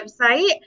website